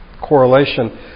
correlation